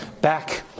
back